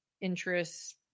interests